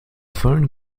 phone